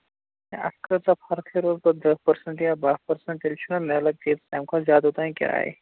ہے اَتھ کۭژاہ فرق روز دہ پٔرسَنٛٹ یا باہ پٔرسَنٹ تیٚلہِ چھُنا میل چیٖز تَمہِ کھۄتہٕ زیادٕ اوتانۍ کیٛاہ آیہِ